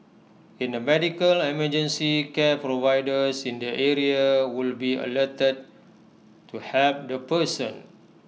in A medical emergency care providers in the area would be alerted to help the person